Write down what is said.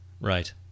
Right